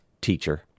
teacher